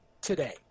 Today